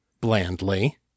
blandly